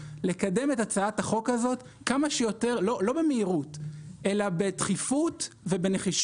לקדם את הצעת החוק הזאת לא במהירות אלא בדחיפות ובנחישות,